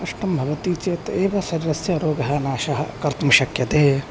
कष्टं भवति चेत् एव शरीरस्य रोगः नाशः कर्तुं शक्यते